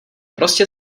prostě